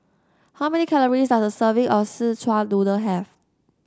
how many calories does a serving of Szechuan Noodle have